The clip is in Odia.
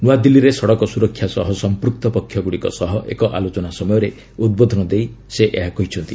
ନୂଆଦିଲ୍ଲୀରେ ସଡ଼କ ସୁରକ୍ଷା ସହ ସମ୍ପ୍ରକ ପକ୍ଷଗୁଡ଼ିକ ସହ ଏକ ଆଲୋଚନା ସମୟରେ ଉଦ୍ବୋଧନ ଦେଇ ସେ ଏହା କହିଛନ୍ତି